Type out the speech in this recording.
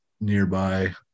nearby